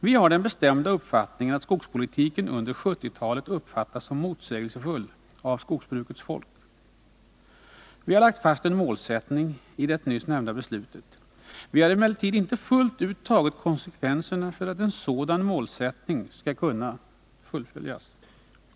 Vi har den bestämda uppfattningen att skogspolitiken under 1970-talet uppfattats som motsägelsefull av skogsbrukets folk. Vi har lagt fast en målsättning i det nyss nämnda beslutet. Vi har emellertid inte fullt ut tagit konsekvenserna för att en sådan målsättning skall kunna uppnås.